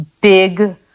big